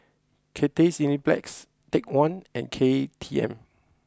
Cathay Cineplex Take One and K T M